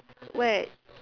where